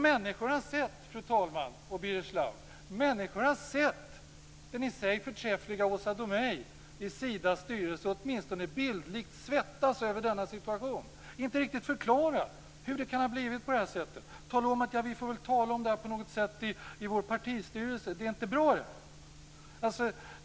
Människor har sett, fru talman och Birger Schlaug, den i sig förträffliga Åsa Domeij i Sidas styrelse åtminstone bildligt svettas över denna situation, inte riktigt kunna förklara hur det kan ha blivit på det här sätet. Hon talade om att man väl får ta upp detta på något sätt i partistyrelsen. Det är inte bra än.